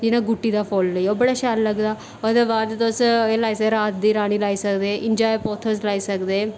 नेईं तां गुट्टी दा फुल्ल होई गेआ ओह् बड़ा शैल लगदा ओह्दे बाद तुस एह् लाई सकदे रात दी रानी लाई सकदे एंजॉय पोथ्स लाई सकदे